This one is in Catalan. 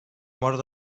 mort